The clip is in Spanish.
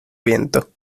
viento